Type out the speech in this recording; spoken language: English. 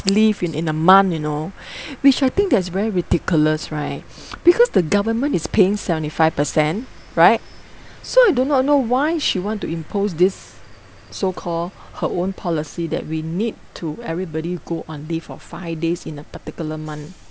leave in in a month you know which I think that's very ridiculous right because the government is paying seventy five percent right so I do not know why she want to impose this so call her own policy that we need to everybody go on leave for five days in a particular month